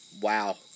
wow